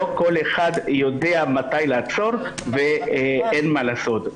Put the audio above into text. לא כל אחד יודע מתי לעצור, ואין מה לעשות.